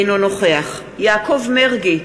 אינו נוכח יעקב מרגי,